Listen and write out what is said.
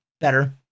better